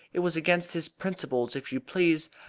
it was against his principles, if you please.